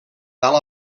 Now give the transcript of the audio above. dalt